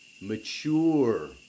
mature